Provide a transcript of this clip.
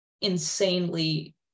insanely